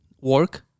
work